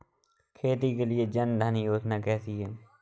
खेती के लिए जन धन योजना कैसी है?